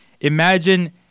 imagine